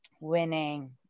winning